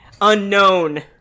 Unknown